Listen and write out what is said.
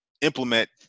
implement